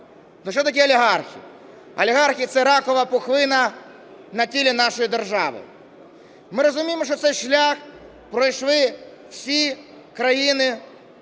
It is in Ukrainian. Що таке олігархи? Олігархи – це ракова пухлина на тілі нашої держави. Ми розуміємо, що цей шлях пройшли всі країни